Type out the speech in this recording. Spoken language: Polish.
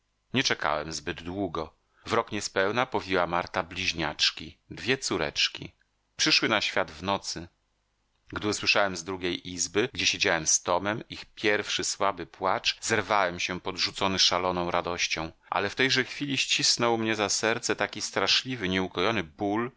nie czekałem zbyt długo w rok niespełna powiła marta bliźniaczki dwie córeczki przyszły na świat w nocy gdy usłyszałem z drugiej izby gdzie siedziałem z tomem ich pierwszy słaby płacz zerwałem się podrzucony szaloną radością ale w tejże chwili ścisnął mnie za serce taki straszliwy